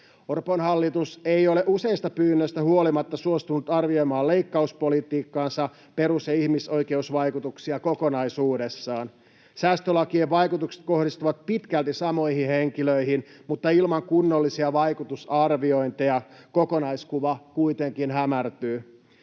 Orpon hallitus ei ole useista pyynnöistä huolimatta suostunut arvioimaan leikkauspolitiikkansa perus- ja ihmisoikeusvaikutuksia kokonaisuudessaan. Säästölakien vaikutukset kohdistuvat pitkälti samoihin henkilöihin, mutta ilman kunnollisia vaikutusarviointeja kokonaiskuva kuitenkin hämärtyy.